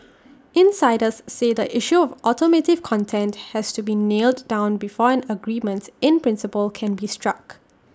insiders say the issue of automotive content has to be nailed down before an agreement in principle can be struck